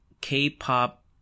K-pop